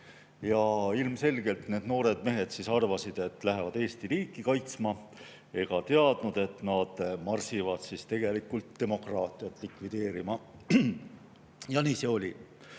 arvasid need noored mehed, et lähevad Eesti riiki kaitsma, ega teadnud, et nad marsivad tegelikult demokraatiat likvideerima. Ja nii see oli.